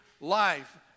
life